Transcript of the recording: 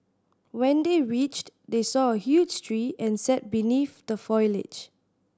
when they reached they saw a huge tree and sat beneath the foliage